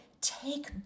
take